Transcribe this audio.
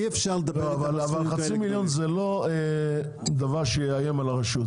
אי אפשר -- אבל 0.5 מיליון זה לא דבר שיאיים על הרשות.